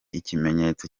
ikimenyetso